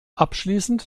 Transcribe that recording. abschließend